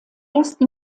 ersten